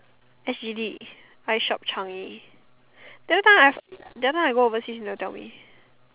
s_g_d iShopChangi the other time I the other time I go overseas you never tell me